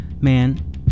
man